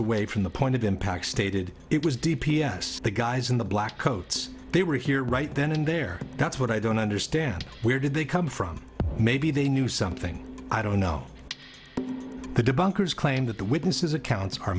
away from the point of impact stated it was d p s the guys in the black coats they were here right then and there that's what i don't understand where did they come from maybe they knew something i don't know the debunkers claim that the witnesses accounts are